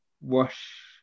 wash